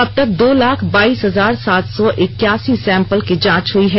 अबतक दो लाख बाइस हजार सात सौ इक्यासी सैंपल की जांच हुई है